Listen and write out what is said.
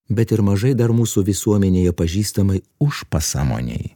bet ir mažai dar mūsų visuomenėje pažįstamai užpasąmonėj